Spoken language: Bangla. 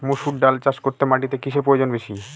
মুসুর ডাল চাষ করতে মাটিতে কিসে প্রয়োজন বেশী?